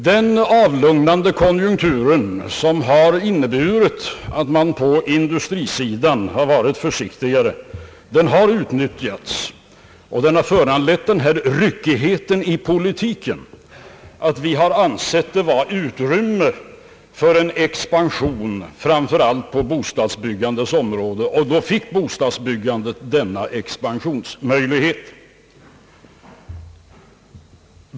Den avlugnade konjunkturen, som har inneburit att man på industrisidan varit försiktigare, har utnyttjats och föranlett denna »ryckighet» i politiken, nämligen att vi har ansett det finnas utrymme för en expansion, framför allt på bostadsbyggandets område. Bostadsbyggandet fick då denna expansionsmöjlighet.